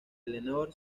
eleanor